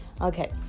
Okay